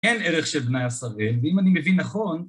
אין ערך של בניה שראל, ואם אני מבין נכון...